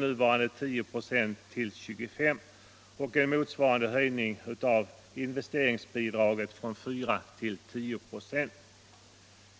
nuvarande 10 96 till 25 96 och motsvarande höjning av investeringsbidraget från 4 96 till 10 96 från den 1 mars till årets utgång tagits upp.